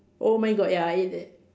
oh my god ya I hate that